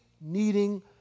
needing